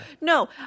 No